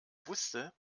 wusste